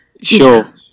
Sure